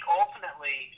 ultimately